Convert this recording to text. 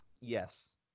Yes